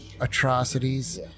atrocities